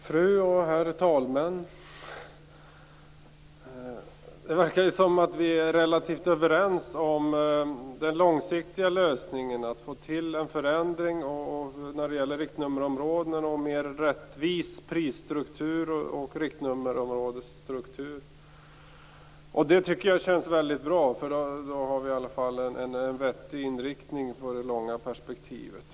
Fru talman! Vi verkar vara relativt överens om den långsiktiga lösningen, dvs. om att få till stånd dels en förändring när det gäller riktnummerområden, dels en mera rättvis prisstruktur och riktnummerområdesstruktur. Det känns väldigt bra, för då har vi i alla fall en vettig inriktning vad gäller det långa perspektivet.